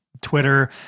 Twitter